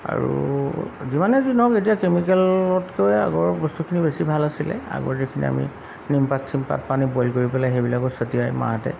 আৰু যিমানে যি নহওক এতিয়া কেমিকেলতকৈ আগৰ বস্তুখিনি বেছি ভাল আছিলে আগৰ যিখিনি আমি নিমপাত চিমপাত পানীত বইল কৰি পেলাই সেইবিলাকো ছটিয়াই মাহেঁতে